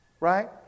right